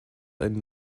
ein